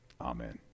Amen